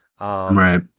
Right